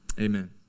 amen